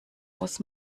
muss